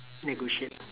negotiate